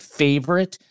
favorite